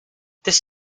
this